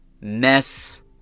mess